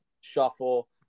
shuffle